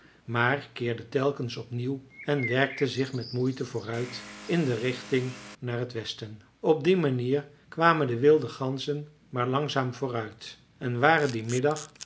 maar keerde telkens opnieuw en werkte zich met moeite vooruit in de richting naar het westen op die manier kwamen de wilde ganzen maar langzaam vooruit en waren dien middag